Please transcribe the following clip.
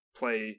play